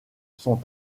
sont